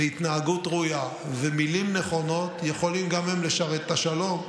התנהגות ראויה ומילים נכונות יכולים גם הם לשרת את השלום,